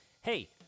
hey